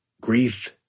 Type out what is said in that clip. Grief